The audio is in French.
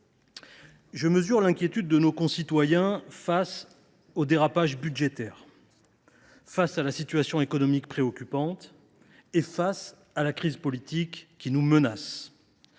Je mesure l’inquiétude de nos concitoyens face au dérapage budgétaire, face à la situation économique préoccupante que nous connaissons et face à la crise politique qui nous menace.